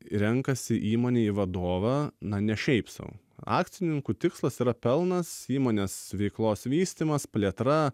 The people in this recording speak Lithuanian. renkasi įmonę į vadovą na ne šiaip sau akcininkų tikslas yra pelnas įmonės veiklos vystymas plėtra